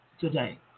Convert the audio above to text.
today